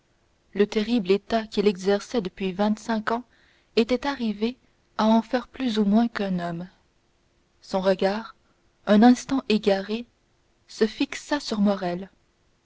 le terrible état qu'il exerçait depuis vingt-cinq ans était arrivé à en faire plus ou moins qu'un homme son regard un instant égaré se fixa sur morrel